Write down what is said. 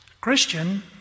Christian